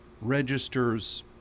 registers